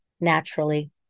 naturally